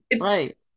Right